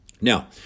Now